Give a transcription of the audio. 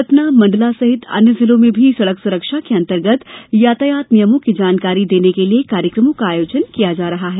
सतना मंडला सहित अन्य जिलों में भी सड़क सुरक्षा के अंतर्गत यातायात नियमों की जानकारी देने के लिये कार्यक्रमों का आयोजन किया जा रहा है